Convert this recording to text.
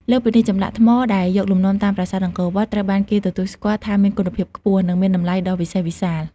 លើសពីនេះ ចម្លាក់ថ្មដែលយកលំនាំតាមប្រាសាទអង្គរវត្ត ត្រូវបានគេទទួលស្គាល់ថាមានគុណភាពខ្ពស់ និងមានតម្លៃដ៏វិសេសវិសាល។